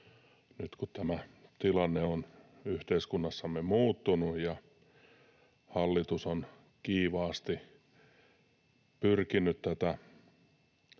nyt kun tämä tilanne on yhteiskunnassamme muuttunut ja hallitus on kiivaasti pyrkinyt tätä